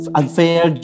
unfair